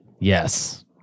yes